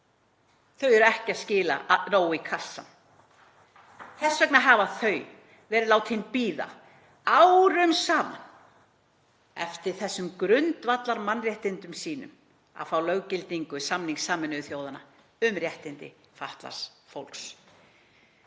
Þau eru ekki að skila nógu í kassann. Þess vegna hafa þau verið látin bíða árum saman eftir þessum grundvallarmannréttindum sínum, að fá löggildingu samnings Sameinuðu þjóðanna um réttindi fatlaðs fólks.